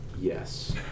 Yes